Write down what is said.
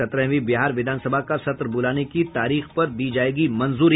सत्रहवीं बिहार विधानसभा का सत्र बुलाने की तारीख पर दी जायेगी मंजूरी